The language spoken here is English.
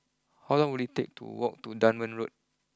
how long will it take to walk to Dunman Lane